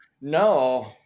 No